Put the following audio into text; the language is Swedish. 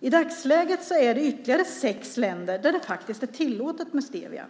I dagsläget finns det ytterligare sex länder där det är tillåtet att använda stevia.